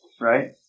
right